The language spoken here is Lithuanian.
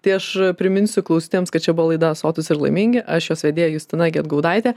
tai aš priminsiu klausytojams kad čia buvo laida sotūs ir laimingi aš jos vedėja justina gedgaudaitė